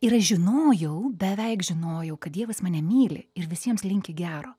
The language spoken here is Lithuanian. ir aš žinojau beveik žinojau kad dievas mane myli ir visiems linki gero